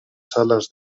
salas